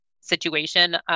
situation